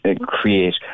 create